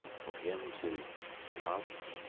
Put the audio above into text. for him to come.